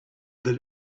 that